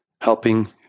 helping